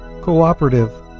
cooperative